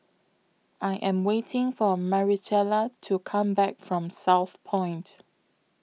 I Am waiting For Maricela to Come Back from Southpoint